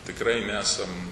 tikrai nesam